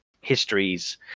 histories